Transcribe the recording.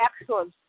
excellent